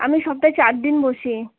আমি সপ্তাহে চারদিন বসি